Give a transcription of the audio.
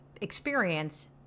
experience